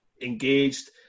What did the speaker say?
engaged